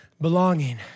belonging